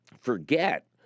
forget